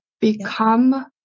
become